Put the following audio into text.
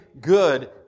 good